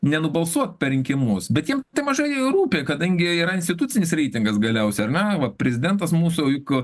nenubalsuot per rinkimus bet jiem tai mažai rūpi kadangi yra institucinis reitingas galiausiai ar ne va prezidentas mūsų juk